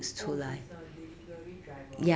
oh he's a delivery driver ah